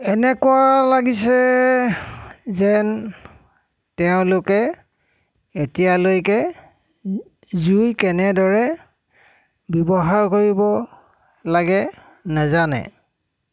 এনেকুৱা লাগিছে যেন তেওঁলোকে এতিয়ালৈকে জুই কেনেদৰে ব্যৱহাৰ কৰিব লাগে নাজানে